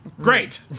Great